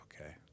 okay